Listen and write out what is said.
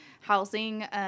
housing